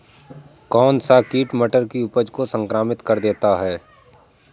कौन सा कीट मटर की उपज को संक्रमित कर देता है?